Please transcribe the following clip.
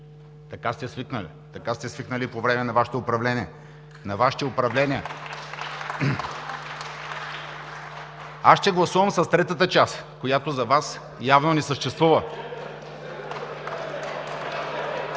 Така сте свикнали по време на Вашите управления. (Ръкопляскания.) Аз ще гласувам с третата част, която за Вас явно не съществува.